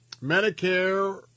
Medicare